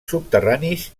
subterranis